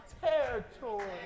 territory